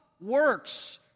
works